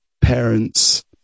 parents